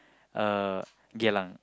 uh Geylang